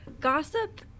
gossip